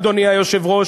אדוני היושב-ראש,